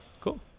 Cool